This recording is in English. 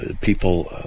people